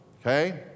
okay